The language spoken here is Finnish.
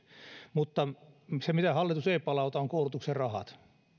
mutta se mitä hallitus ei palauta on koulutuksen rahat